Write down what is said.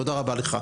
תודה רבה, לך.